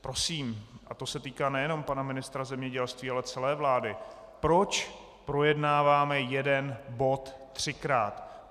Prosím, a to se týká nejenom pana ministra zemědělství, ale celé vlády: Proč projednáváme jeden bod třikrát?